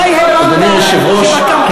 מתי הבנת שבקמפיין,